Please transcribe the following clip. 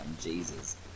Jesus